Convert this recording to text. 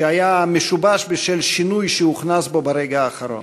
שהיה משובש בשל שינוי שהוכנס בו ברגע האחרון.